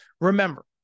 Remember